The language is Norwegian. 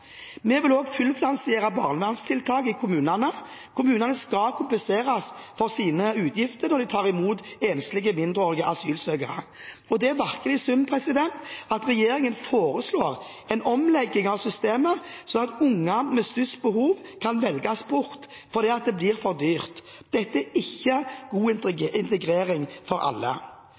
Vi vil også fullfinansiere barnevernstiltak i kommunene. Kommunene skal kompenseres for sine utgifter når de tar imot enslige mindreårige asylsøkere. Det er virkelig synd at regjeringen foreslår en omlegging av systemet sånn at unger med størst behov kan velges bort fordi det blir for dyrt. Dette er ikke god integrering for alle.